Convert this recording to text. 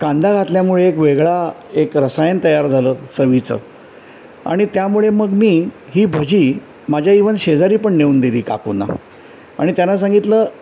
कांदा घातल्यामुळे एक वेगळा एक रसायन तयार झालं चवीचं आणि त्यामुळे मग मी ही भजी माझ्या इव्हन शेजारी पण नेऊन दिली काकूना आणि त्यांना सांगितलं